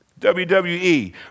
WWE